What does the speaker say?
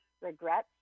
regrets